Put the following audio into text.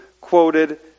quoted